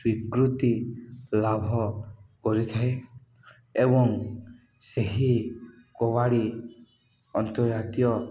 ସ୍ୱୀକୃତି ଲାଭ କରିଥାଏ ଏବଂ ସେହି କବାଡ଼ି ଅନ୍ତର୍ଜାତୀୟ